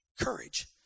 courage